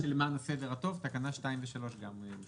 למען הסדר הטוב, תקנה 2 ו-3 גם יאושרו.